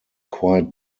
quite